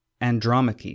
Andromache